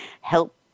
help